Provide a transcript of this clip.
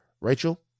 Rachel